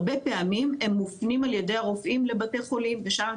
הרבה פעמים הם מופנים ע"י הרופאים לבתי החולים ושם הם